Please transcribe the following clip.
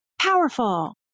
powerful